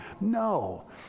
No